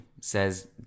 says